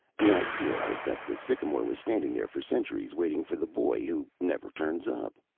the idea was that the sycamore was standing there for centuries waiting for the boy who never turns up.